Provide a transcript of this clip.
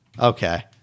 Okay